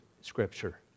Scripture